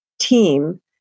team